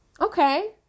Okay